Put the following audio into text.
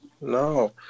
no